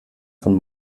von